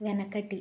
వెనకటి